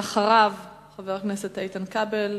חבר הכנסת איתן כבל.